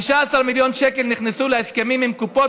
15 מיליון שקל נכנסו להסכמים עם קופות